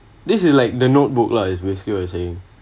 this is like the notebook lah is basically what you’re saying